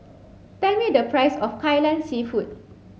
tell me the price of Kai Lan seafood